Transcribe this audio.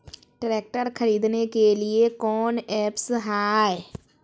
Tractor खरीदने के लिए कौन ऐप्स हाय?